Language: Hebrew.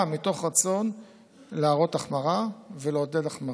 גם מתוך רצון להראות החמרה ולעודד החמרה.